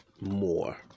more